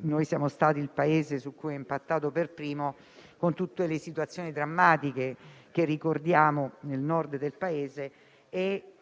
noi siamo stati il Paese su cui il virus ha impattato per primo, con tutte le situazioni drammatiche che ricordiamo nel Nord Italia.